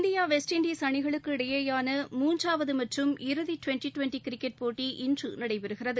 India West Indies அணிகளுக்கு இடையேயான மூன்றாவது மற்றும் இறுதி டுவெண்டி டுவெண்டி கிரிக்கெட் போட்டி இன்று நடைபெறுகிறது